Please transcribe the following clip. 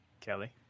Kelly